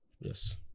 Yes